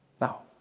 Now